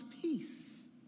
peace